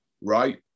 right